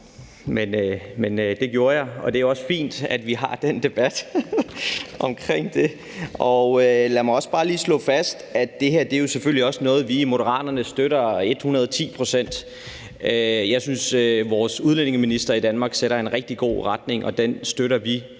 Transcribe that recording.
Men det gjorde jeg, og det er også fint, at vi har den debat om det. Lad mig også bare lige slå fast, at det her selvfølgelig også er noget, vi i Moderaterne støtter et hundrede og ti procent. Jeg synes, vores udlændingeminister i Danmark sætter en rigtig god retning, og den støtter vi